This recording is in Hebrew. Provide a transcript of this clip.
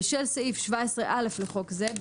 ושל סעיף 17א לחוק זה,